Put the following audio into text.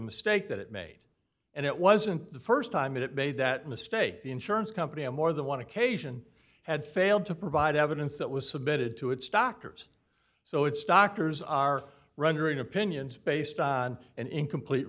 mistake that it made and it wasn't the st time it made that mistake the insurance company of more than one occasion had failed to provide evidence that was submitted to its doctors so it's doctors are runner and opinions based on an incomplete